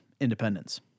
independence